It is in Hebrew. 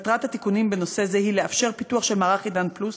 מטרת התיקונים בנושא זה היא לאפשר פיתוח של מערך "עידן פלוס",